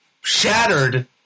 shattered